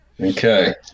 Okay